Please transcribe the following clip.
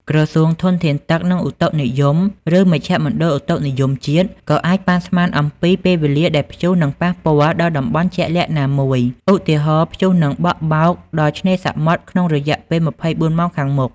ក្រសួងធនធានទឹក និងឧតុនិយម ឬមជ្ឈមណ្ឌលឧតុនិយមជាតិ ក៏អាចប៉ាន់ស្មានអំពីពេលវេលាដែលព្យុះនឹងប៉ះពាល់ដល់តំបន់ជាក់លាក់ណាមួយ ឧទាហរណ៍ ព្យុះនឹងបក់បោកដល់ឆ្នេរសមុទ្រក្នុងរយៈពេល ២៤ ម៉ោងខាងមុខ។